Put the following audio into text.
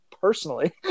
personally